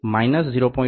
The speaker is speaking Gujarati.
01 જે 0